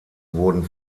wurden